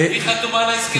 היא חתומה על ההסכמים?